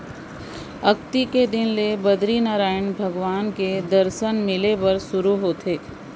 अक्ती के दिन ले बदरीनरायन भगवान के दरसन मिले बर सुरू होथे